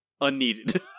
unneeded